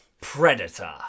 Predator